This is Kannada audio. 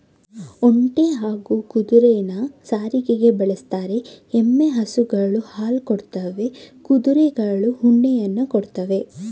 ಒಂಟೆ ಹಾಗೂ ಕುದುರೆನ ಸಾರಿಗೆಗೆ ಬಳುಸ್ತರೆ, ಎಮ್ಮೆ ಹಸುಗಳು ಹಾಲ್ ಕೊಡ್ತವೆ ಕುರಿಗಳು ಉಣ್ಣೆಯನ್ನ ಕೊಡ್ತವೇ